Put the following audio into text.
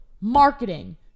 marketing